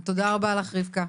תודה רבה לך, רבקה.